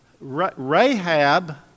Rahab